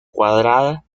cuadrada